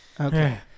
Okay